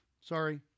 Sorry